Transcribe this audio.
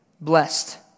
blessed